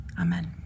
Amen